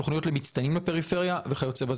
תוכניות למצטיינים בפריפריה וכיוצ"ב.